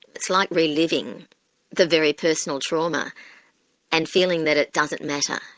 it's like re-living the very personal trauma and feeling that it doesn't matter,